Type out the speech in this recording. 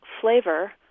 flavor